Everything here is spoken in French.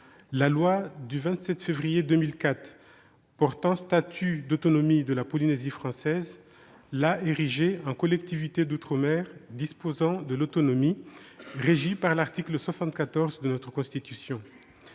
du 27 février 2004 portant statut d'autonomie de la Polynésie française l'a érigée en collectivité d'outre-mer disposant de l'autonomie, régie par l'article 74 de la Constitution.